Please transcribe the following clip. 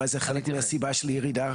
אולי זה חלק מהסיבה של הירידה.